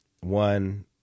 one